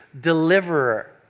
Deliverer